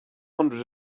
hundred